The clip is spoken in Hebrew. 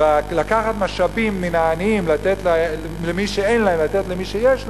לקחת משאבים ממי שאין להם ולתת למי שיש להם,